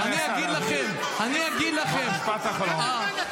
אני אגיד לכם --- משפט אחרון.